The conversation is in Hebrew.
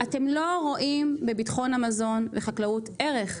אתם לא רואים בביטחון המזון בחקלאות, ערך.